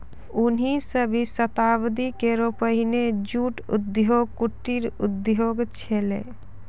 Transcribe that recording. उन्नीसवीं शताब्दी केरो पहिने जूट उद्योग कुटीर उद्योग छेलय